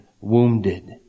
wounded